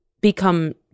become